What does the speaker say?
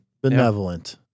benevolent